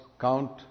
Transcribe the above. count